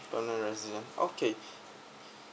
permanent resident okay